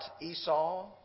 Esau